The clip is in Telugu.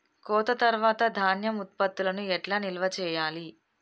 కోత తర్వాత ధాన్యం ఉత్పత్తులను ఎట్లా నిల్వ చేయాలి?